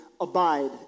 abide